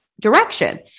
direction